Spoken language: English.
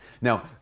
Now